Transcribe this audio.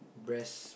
breast